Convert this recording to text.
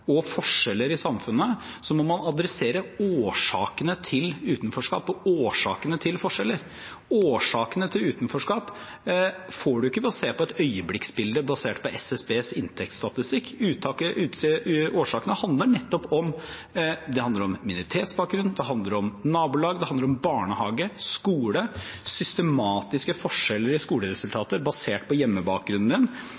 og forskjeller i samfunnet, må man ta tak i årsakene til utenforskap og årsakene til forskjeller. Årsakene til utenforskap får man ikke ved å se på et øyeblikksbilde basert på SSBs inntektsstatistikk. Årsakene handler nettopp om minoritetsbakgrunn, om nabolag, om barnehage, om skole og systematiske forskjeller i